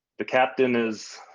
the captain is